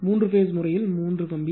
மூன்று பேஸ் முறையில் இது மூன்று கம்பி